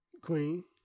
Queen